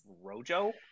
Rojo